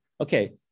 okay